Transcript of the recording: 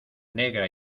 negra